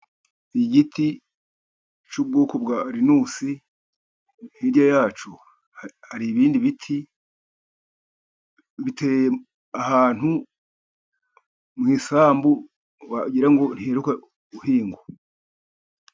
Igiti cy'ubwoko bwa Rinusi, hirya ya cyo hari ibindi biti, biteye ahantu mu isambu, wagira ngo ntiheruka guhingwa.